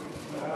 1 2